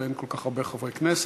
ואין כל כך הרבה חברי כנסת,